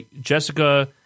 Jessica